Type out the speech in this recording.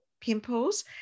pimples